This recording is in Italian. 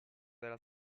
della